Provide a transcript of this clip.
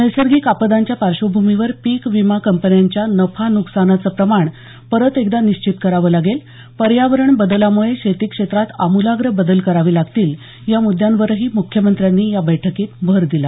नैसर्गिक आपदांच्या पार्श्वभूमीवर पीक विमा कंपन्यांच्या नफा नुकसानाचं प्रमाण परत एकदा निश्चित करावं लागेल पर्यावरण बदलामुळे शेती क्षेत्रात अमूलाग्र बदल करावे लागतील या मुद्यांवरही मुख्यमंत्र्यांनी या बैठकीत भर दिला